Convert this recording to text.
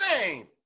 name